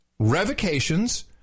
Revocations